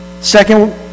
second